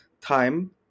time